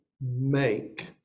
make